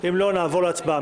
אם לא, נעבור להצבעה.